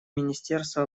министерство